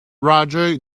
roger